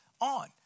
on